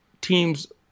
teams